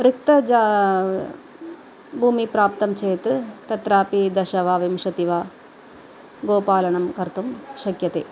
रिक्तं भूमिं प्राप्तं चेत् तत्रापि दश वा विंशतिर्वा गोपालनं कर्तुं शक्यते